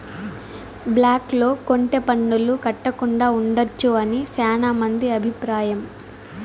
black లో కొంటె పన్నులు కట్టకుండా ఉండొచ్చు అని శ్యానా మంది అభిప్రాయం